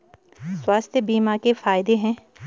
स्वास्थ्य बीमा के फायदे हैं?